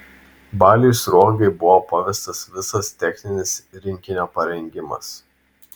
baliui sruogai buvo pavestas visas techninis rinkinio parengimas